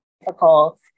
difficult